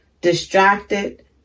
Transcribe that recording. distracted